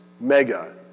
mega